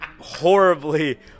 horribly